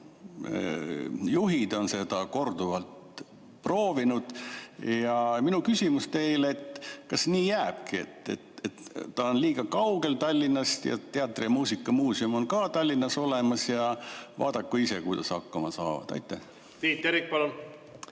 on seda korduvalt proovinud. Minu küsimus teile: kas nii jääbki, et ta on liiga kaugel Tallinnast, teatri‑ ja muusikamuuseum on ka Tallinnas olemas, ja vaadaku ise, kuidas hakkama saavad? Tiit Terik, palun!